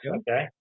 okay